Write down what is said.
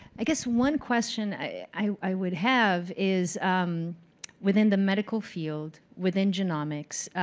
i guess one question i would have is within the medical field, within genomics,